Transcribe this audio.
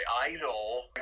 idol